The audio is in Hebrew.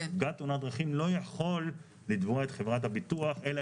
נפגע תאונת דרכים לא יכול לתבוע את חברת הביטוח אלא